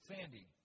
Sandy